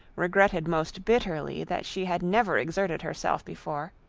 regretted most bitterly that she had never exerted herself before